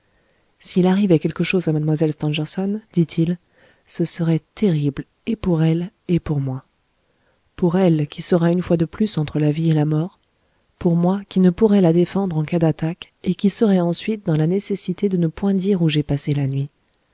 s'il arrivait quelque chose à mlle stangerson dit-il ce serait terrible et pour elle et pour moi pour elle qui sera une fois de plus entre la vie et la mort pour moi qui ne pourrai la défendre en cas d'attaque et qui serai ensuite dans la nécessité de ne point dire où j'ai passé la nuit